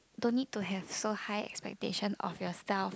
don't need to have so high expectation of yourself